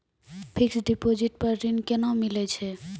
Fixed deposit पर ऋण केना मिलै छै?